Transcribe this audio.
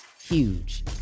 huge